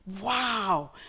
wow